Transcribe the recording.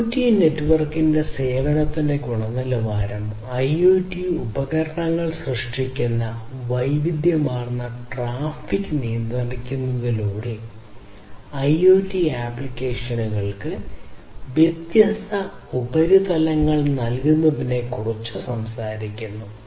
IoT നെറ്റ്വർക്കിന്റെ സേവനത്തിന്റെ ഗുണനിലവാരം IoT ഉപകരണങ്ങൾ സൃഷ്ടിക്കുന്ന വൈവിധ്യമാർന്ന ട്രാഫിക് നിയന്ത്രിക്കുന്നതിലൂടെ IoT ആപ്ലിക്കേഷനുകൾക്ക് വ്യത്യസ്ത ഉപരിതലങ്ങൾ നൽകുന്നതിനെക്കുറിച്ച് സംസാരിക്കുന്നു